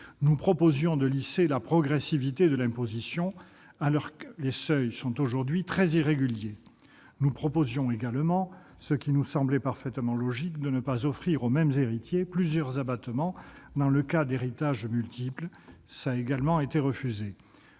Nous proposions de lisser la progressivité de l'imposition, alors que les seuils sont aujourd'hui très irréguliers. Nous proposions également, ce qui nous semblait parfaitement logique, de ne pas offrir aux mêmes héritiers plusieurs abattements dans le cas d'héritages multiples : on nous l'a également refusé.